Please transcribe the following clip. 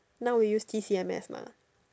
now we use T_C_M_S mah